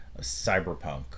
cyberpunk